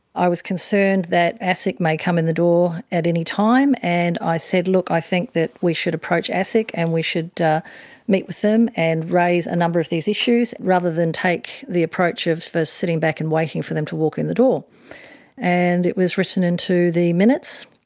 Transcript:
i was concerned that asic may come in the door at any time and i said look i think that we should approach asic and we should meet with them and raise a number of these issues rather than take the approach of sitting back and waiting for them to walk in the door and it was written into the minutes.